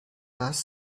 dass